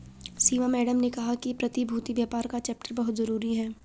सीमा madam ने कहा कि प्रतिभूति व्यापार का चैप्टर बहुत जरूरी है